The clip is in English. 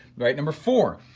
right? number four,